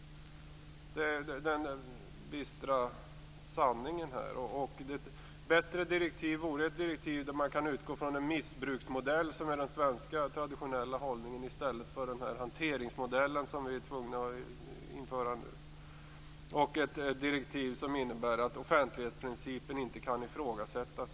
Det är den dystra sanningen. Ett bättre direktiv skulle utgå från missbruksmodellen, som är den svenska traditionella modellen, i stället för den hanteringsmodell som vi nu är tvungna att införa. Detta direktiv skulle också innebära att offentlighetsprincipen inte som nu kan ifrågasättas.